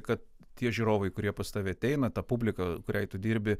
kad tie žiūrovai kurie pas tave ateina ta publika kuriai tu dirbi